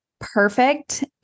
perfect